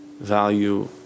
value